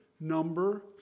number